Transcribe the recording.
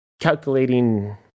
calculating